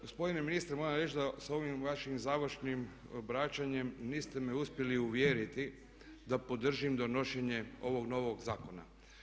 Gospodine ministre moram reći da s ovim vašim završnim obraćanjem niste me uspjeli uvjeriti da podržim donošenje ovog novog zakona.